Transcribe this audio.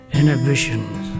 inhibitions